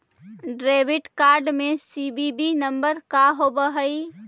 Debit card में CVV number का होव हइ?